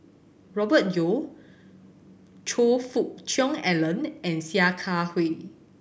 Robert Yeo Choe Fook Cheong Alan and Sia Kah Hui